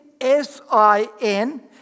S-I-N